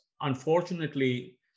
unfortunately